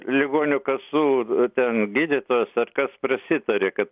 ligonių kasų ten gydytojas ar kas prasitarė kad